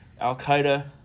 Al-Qaeda